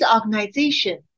organization